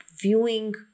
viewing